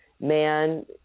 man